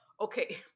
Okay